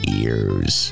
ears